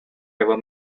ever